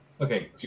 Okay